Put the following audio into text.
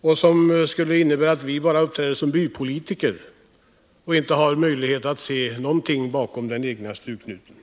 och mot att man ger ett intryck av att vi enbart skulle uppträda som bypolitiker som har svårt att se någonting bakom den egna stugknuten.